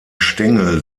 stängel